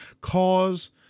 cause